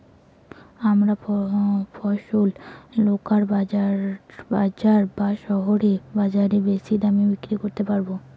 আমরা ফসল লোকাল বাজার না শহরের বাজারে বেশি দামে বিক্রি করতে পারবো?